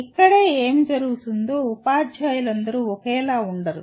ఇక్కడే ఏమి జరుగుతుందో ఉపాధ్యాయులందరూ ఒకేలా ఉండరు